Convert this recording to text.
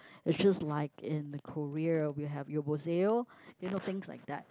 it's just like in Korea we will have yeoboseyo you know things like that